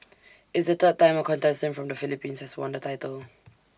it's the third time A contestant from the Philippines has won the title